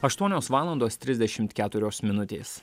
aštuonios valandos trisdešimt keturios minutės